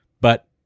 But-